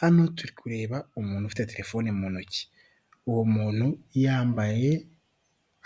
Hano turi kureba umuntu ufite telefone mu ntoki, uwo muntu yambaye